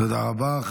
תודה רבה.